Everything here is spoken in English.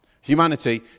Humanity